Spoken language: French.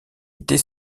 était